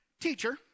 Teacher